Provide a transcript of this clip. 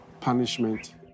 punishment